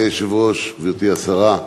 אדוני היושב-ראש, גברתי השרה,